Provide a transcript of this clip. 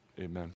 amen